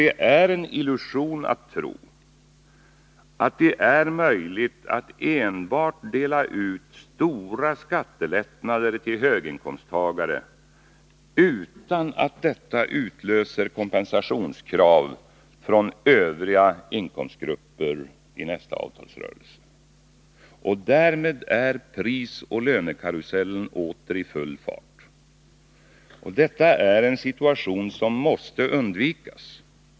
Det är en illusion att tro att det är möjligt att enbart dela ut stora skattelättnader till höginkomsttagare utan att detta utlöser kompensationskrav från övriga inkomstgrupper i nästa avtalsrörelse. Därmed är prisoch lönekarusellen åter i full gång. Detta är en situation som måste undvikas.